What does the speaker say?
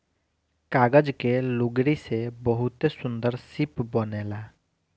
कागज के लुगरी से बहुते सुन्दर शिप बनेला